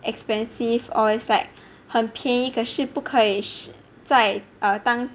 expensive or it's like 很便宜可是不可以在 err 当